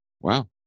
Wow